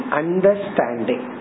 understanding